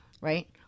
right